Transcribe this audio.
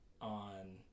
on